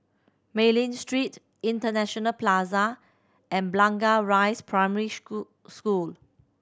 Mei Ling Street International Plaza and Blangah Rise Primary School